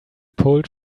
pulled